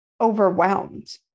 overwhelmed